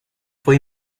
fue